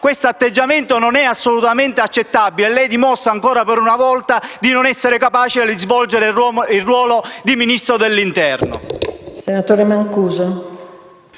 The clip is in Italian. Questo atteggiamento non è assolutamente accettabile. Lei dimostra, ancora una volta, di non essere capace di svolgere il ruolo di Ministro dell'interno.